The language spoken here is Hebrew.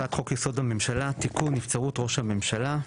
הצעת חוק-יסוד: הממשלה (תיקון, נבצרות ראש הממשלה)